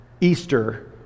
Easter